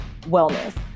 wellness